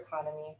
economy